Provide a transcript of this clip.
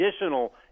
additional